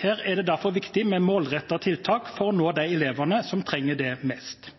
Her er det derfor viktig med målrettede tiltak for å nå de elevene som trenger det mest.